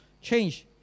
change